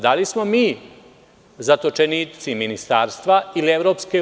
Da li smo mi zatočenici ministarstva ili EU?